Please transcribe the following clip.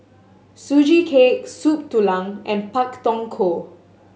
Sugee Cake Soup Tulang and Pak Thong Ko